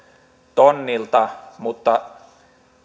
tonnilta mutta